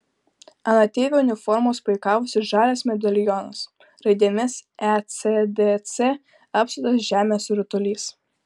ant ateivio uniformos puikavosi žalias medalionas raidėmis ecdc apsuptas žemės rutulys